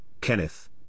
Kenneth